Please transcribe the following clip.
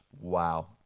Wow